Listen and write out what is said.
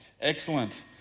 Excellent